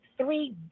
three